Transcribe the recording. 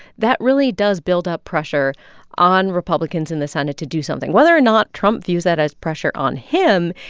that really does build up pressure on republicans in the senate to do something. whether or not trump views that as pressure on him,